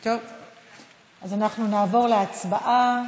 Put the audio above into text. אז אנחנו נעבור להצבעה.